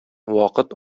вакыт